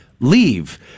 leave